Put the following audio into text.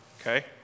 Okay